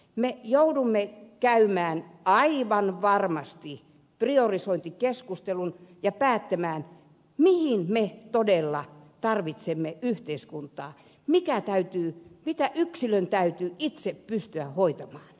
me joudumme käymään aivan varmasti priorisointikeskustelun ja päättämään mihin me todella tarvitsemme yhteiskuntaa ja mitä yksilön täytyy itse pystyä hoitamaan